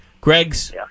Greg's